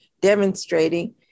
demonstrating